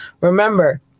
remember